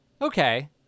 Okay